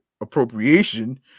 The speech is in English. appropriation